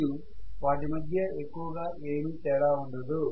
మరియు వాటి మధ్య ఎక్కువగా ఏమి తేడా ఉండదు